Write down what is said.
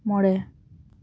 ᱢᱚᱬᱮ